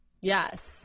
yes